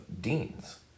Dean's